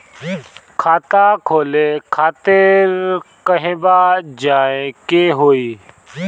खाता खोले खातिर कहवा जाए के होइ?